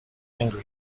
angry